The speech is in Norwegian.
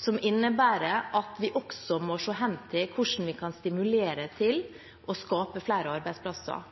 som innebærer at vi også må se hen til hvordan vi kan stimulere til å skape flere arbeidsplasser.